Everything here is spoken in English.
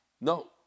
No